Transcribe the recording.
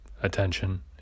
attention